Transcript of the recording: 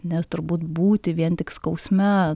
nes turbūt būti vien tik skausme